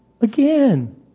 again